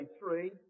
three